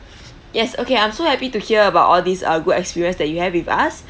yes okay I'm so happy to hear about all these uh good experience that you have with us